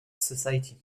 society